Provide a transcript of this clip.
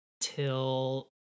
till